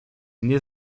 nie